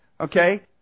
Okay